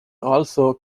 also